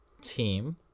team